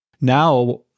Now